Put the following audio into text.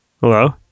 Hello